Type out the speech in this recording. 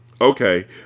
Okay